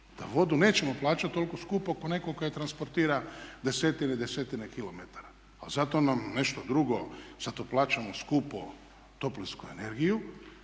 da vodu nećemo plaćati toliko skupo kao netko tko je transportira desetine i desetine kilometara. Pa zato nam nešto drugo, zato plaćamo skupo toplinsku energiju.